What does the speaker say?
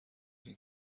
این